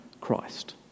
Christ